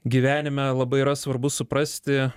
gyvenime labai yra svarbu suprasti